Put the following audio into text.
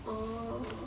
orh